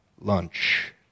lunch